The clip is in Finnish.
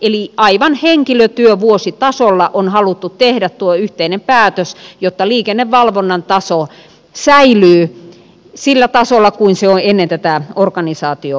eli aivan henkilötyövuositasolla on haluttu tehdä tuo yhteinen päätös jotta liikennevalvonnan taso säilyy sillä tasolla kuin millä se on ennen tätä organisaatiouudistusta